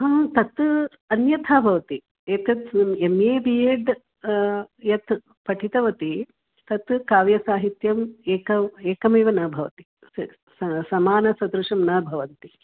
अहं तत् अन्यथा भवति एतत् एम् ए बि एड् यत् पठितवती तत् काव्यसाहित्यम् एकम् एकमेव न भवति स समानसदृशं न भवति